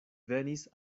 venis